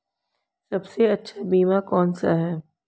सबसे अच्छा बीमा कौनसा है?